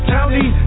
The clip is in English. County